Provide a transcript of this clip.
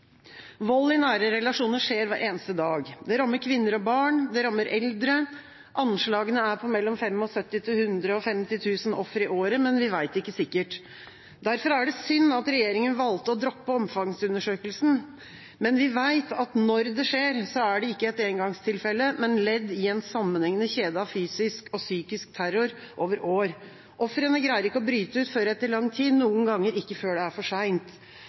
Vold i nære relasjoner skjer hver eneste dag. Det rammer kvinner og barn, det rammer eldre. Anslagene er på mellom 75 000 og 150 000 ofre i året, men vi vet det ikke sikkert. Derfor er det synd at regjeringa valgte å droppe omfangsundersøkelsen. Men vi vet at når det skjer, er det ikke et engangstilfelle, men ledd i en sammenhengende kjede av fysisk og psykisk terror over år. Ofrene greier ikke å bryte ut før etter lang tid, noen ganger ikke før det er for